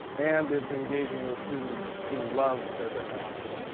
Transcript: and it's engaging those students who love their technology.